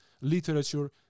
literature